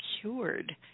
cured